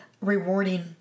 rewarding